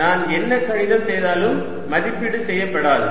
நான் என்ன கணிதம் செய்தாலும் மதிப்பீடு செய்யப்படாது